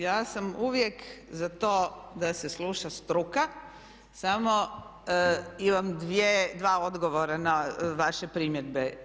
Ja sam uvijek za to da se sluša struka samo imam dva odgovora na vaše primjedbe.